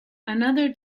another